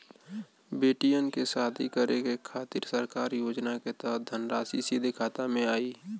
बेटियन के शादी करे के खातिर सरकारी योजना के तहत धनराशि सीधे खाता मे आई?